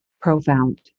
profound